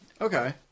Okay